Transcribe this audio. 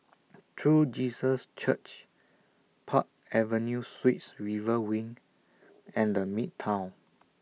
True Jesus Church Park Avenue Suites River Wing and The Midtown